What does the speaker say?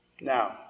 Now